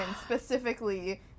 specifically